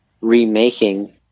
remaking